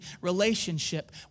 relationship